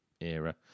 era